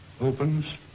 opens